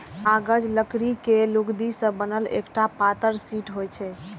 कागज लकड़ी के लुगदी सं बनल एकटा पातर शीट होइ छै